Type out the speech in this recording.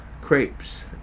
crepes